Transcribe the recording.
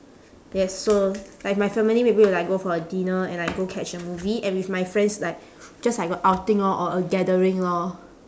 yes so like my family maybe we'll like go for a dinner and like go catch a movie and with my friends like just like a outing lor or a gathering lor